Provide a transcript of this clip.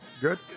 Good